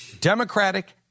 Democratic